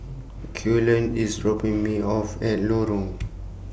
Cullen IS dropping Me off At Lorong